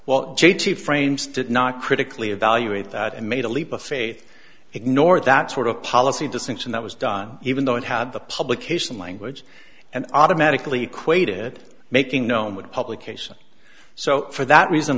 well j t frames did not critically evaluate that and made a leap of faith ignore that sort of policy distinction that was done even though it had the publication language and automatically equate it making known what publication so for that reason